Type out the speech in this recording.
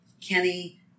Kenny